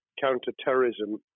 counter-terrorism